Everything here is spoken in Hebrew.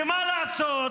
ומה לעשות,